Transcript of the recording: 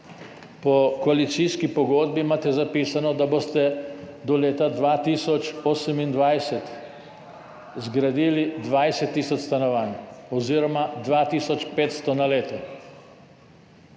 Po koalicijski pogodbi imate zapisano, da boste do leta 2028 zgradili 20 tisoč stanovanj oziroma dva tisoč